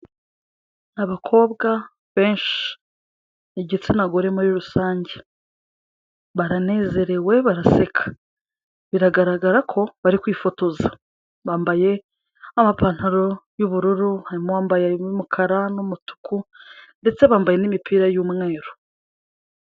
Abakobwa benshi, igitsinagore muri rusange, baranezerewe baraseka, biragaragara ko bari kwifotoza, bambaye amapantaro y'ubururu, harimo uwambaye iy'umukara n'umutuku ndetse bambaye n'imipira y'umweru.